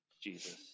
Jesus